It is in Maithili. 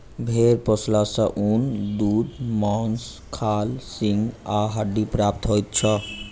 भेंड़ पोसला सॅ ऊन, दूध, मौंस, खाल, सींग आ हड्डी प्राप्त होइत छै